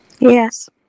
yes